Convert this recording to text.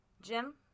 Jim